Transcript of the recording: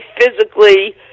physically